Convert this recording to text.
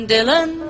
Dylan